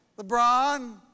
LeBron